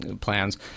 plans